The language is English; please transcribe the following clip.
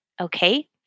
Okay